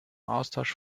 austausch